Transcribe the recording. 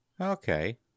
Okay